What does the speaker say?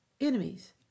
Enemies